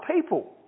people